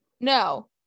no